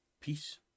Peace